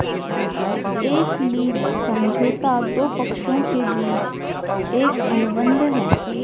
एक लीज समझौता दो पक्षों के बीच एक अनुबंध है